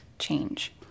change